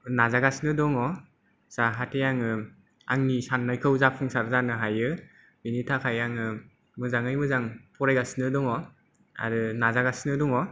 नाजागासिनो दङ जाहाथे आङो आंनि साननायखौ जाफुंसार जानो हायो बेनि थाखाय आङो मोजाङै मोजां फरायगासिनो दङ आरो नाजागासिनो दङ